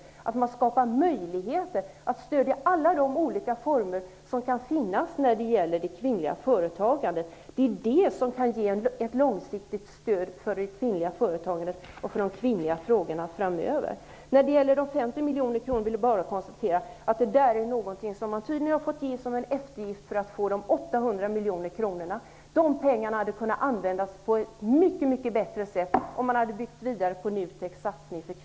Man bör skapa möjligheter att stödja alla olika former av kvinnligt företagande. Det skulle innebära ett långsiktigt stöd för det kvinnliga företagandet och för kvinnofrågorna framöver. Vad gäller de 50 miljonerna vill jag bara konstatera att dessa tydligen är en eftergift för att man skall få de 800 miljonerna. De hade kunnat användas på ett mycket bättre sätt, om man hade byggt vidare på